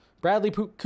Bradley